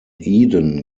eden